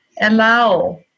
Allow